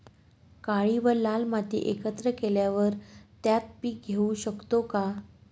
काळी व लाल माती एकत्र केल्यावर त्यात पीक घेऊ शकतो का?